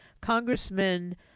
Congressman